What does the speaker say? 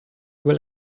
will